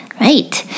Right